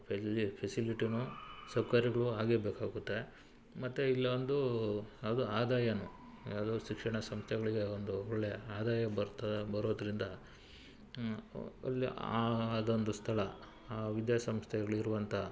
ಫೆಸಿಲಿಟಿನೂ ಸೌಕರ್ಯಗಳು ಆಗಿರಬೇಕಾಗುತ್ತೆ ಮತ್ತು ಇಲ್ಲೊಂದು ಯಾವುದು ಆದಾಯನೂ ಯಾವುದು ಶಿಕ್ಷಣ ಸಂಸ್ಥೆಗಳಿಗೆ ಒಂದು ಒಳ್ಳೆ ಆದಾಯ ಬರ್ತಾ ಬರೋದ್ರಿಂದ ಒಳ್ಳೆ ಆ ಅದೊಂದು ಸ್ಥಳ ಆ ವಿದ್ಯಾ ಸಂಸ್ಥೆಗಳಿರುವಂಥ